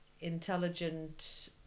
intelligent